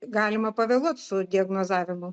galima pavėluot su diagnozavimu